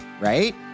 Right